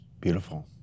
Beautiful